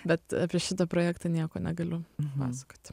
bet apie šitą projektą nieko negaliu pasakoti